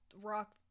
rock